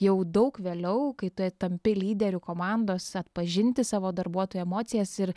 jau daug vėliau kai tu tampi lyderiu komandose pažinti savo darbuotojų emocijas ir